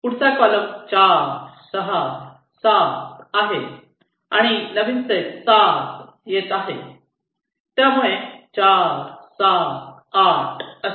पुढचा कॉलम 4 6 7 आहे आणि नवीन सेट 7 येत आहे त्यामुळे 4 7 8 असे होते